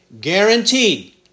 guaranteed